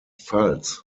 pfalz